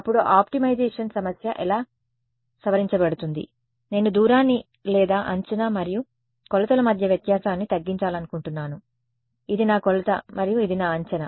అప్పుడు ఈ ఆప్టిమైజేషన్ సమస్య ఇలా సవరించబడుతుంది నేను దూరాన్ని లేదా అంచనా మరియు కొలతల మధ్య వ్యత్యాసాన్ని తగ్గించాలనుకుంటున్నాను ఇది నా కొలత మరియు ఇది నా అంచనా